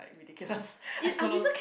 like ridiculous I don't know